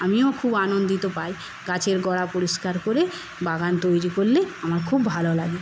আমিও খুব আনন্দ পাই গাছের গোড়া পরিষ্কার করে বাগান তৈরি করলে আমার খুব ভালো লাগে